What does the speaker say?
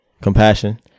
Compassion